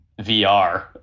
VR